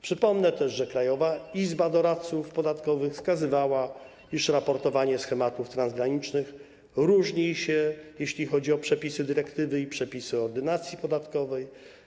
Przypomnę też, że Krajowa Izba Doradców Podatkowych wskazywała, iż raportowanie schematów transgranicznych różni się, jeśli chodzi o przepisy dyrektywy i przepisy Ordynacji podatkowej.